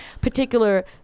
particular